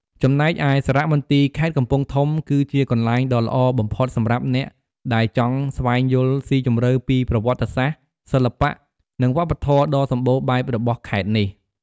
ចំណែកឯសារមន្ទីរខេត្តកំពង់ធំ គឺជាកន្លែងដ៏ល្អបំផុតសម្រាប់អ្នកដែលចង់ស្វែងយល់ស៊ីជម្រៅពីប្រវត្តិសាស្ត្រ សិល្បៈ និងវប្បធម៌ដ៏សម្បូរបែបរបស់ខេត្តនេះ។